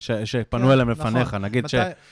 שפנו אליהם לפניך, נגיד ש...